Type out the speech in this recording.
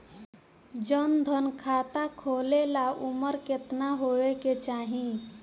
जन धन खाता खोले ला उमर केतना होए के चाही?